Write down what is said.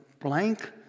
blank